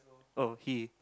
oh he